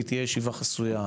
היא תהיה ישיבה חסויה.